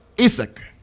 Isaac